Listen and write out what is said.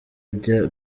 ajya